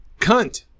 cunt